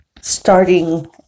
starting